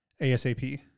asap